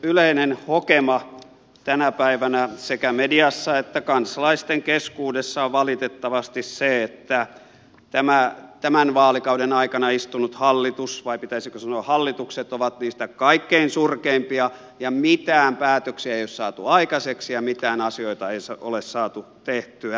yleinen hokema tänä päivänä sekä mediassa että kansalaisten keskuudessa on valitettavasti se että tämän vaalikauden aikana istunut hallitus vai pitäisikö sanoa hallitukset on niitä kaikkein surkeimpia ja mitään päätöksiä ei ole saatu aikaan ja mitään asioita ei ole saatu tehtyä